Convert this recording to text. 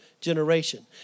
generation